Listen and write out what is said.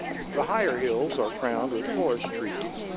the higher hills are crowned with forest trees,